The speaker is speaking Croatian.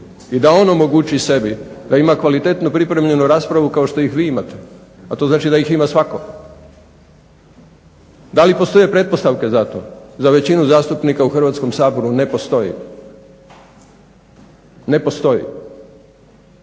i da on omogući sebi da ima kvalitetno pripremljenu raspravu kao što ih vi imate, a to znači da ih ima svatko. Da li postoje pretpostavke za to? Za većinu zastupnika u Hrvatskom saboru ne postoji, ne postoji.